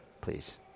please